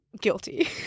guilty